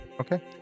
Okay